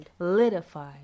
litified